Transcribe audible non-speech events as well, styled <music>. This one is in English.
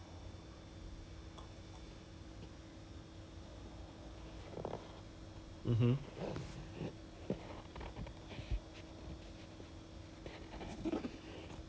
but what if they tell you like you like once you leave because you're no longer an employee liao mah <breath> so if you want to come back you need to go through the whole process again apply everything as a as a new applicant